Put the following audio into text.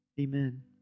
Amen